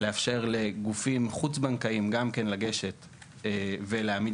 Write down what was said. לאפשר לגופים חוץ בנקאיים לגשת ולהעמיד